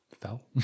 fell